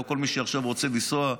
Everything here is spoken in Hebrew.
לא כל מי שעכשיו רוצה לנסוע,